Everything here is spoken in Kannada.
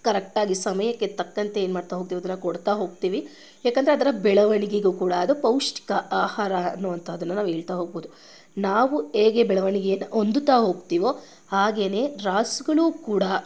ಕರೆಕ್ಟಾಗಿ ಸಮಯಕ್ಕೆ ತಕ್ಕಂತೆ ಏನು ಮಾಡ್ತಾ ಹೋಗ್ತೀವಿ ಅದನ್ನು ಕೊಡ್ತಾ ಹೋಗ್ತೀವಿ ಏಕೆಂದ್ರೆ ಅದರ ಬೆಳವಣಿಗೆಗೂ ಕೂಡ ಅದು ಪೌಷ್ಟಿಕ ಆಹಾರ ಅನ್ನುವಂಥದ್ದು ನಾವು ಹೇಳ್ತಾ ಹೋಗ್ಬೋದು ನಾವು ಹೇಗೆ ಬೆಳವಣಿಗೆನಾ ಹೊಂದುತ್ತಾ ಹೋಗ್ತೀವೋ ಹಾಗೆಯೇ ರಾಸುಗಳೂ ಕೂಡ